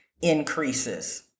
increases